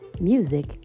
music